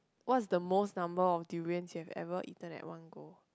what's the most number of durians you have ever eaten at one go